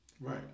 Right